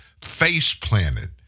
face-planted